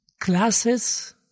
classes